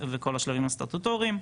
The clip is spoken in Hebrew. וכל השלבים הסטטוטוריים,